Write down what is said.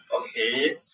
Okay